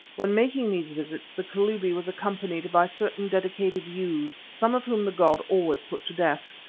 when making these visits the kalubi was accompanied by certain dedicated youths, some of whom the god always put to death.